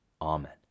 Amen